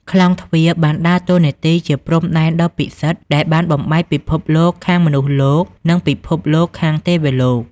ក្លោងទ្វារបានដើរតួនាទីជាព្រំដែនដ៏ពិសិដ្ឋដែលបានបំបែកពិភពលោកខាងមនុស្សលោក និងពិភពលោកខាងទេវលោក។